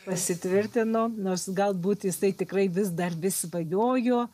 pasitvirtino nors galbūt jisai tikrai vis dar vis svajojo